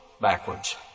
backwards